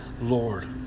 Lord